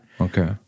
Okay